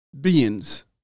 beings